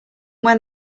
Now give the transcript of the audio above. when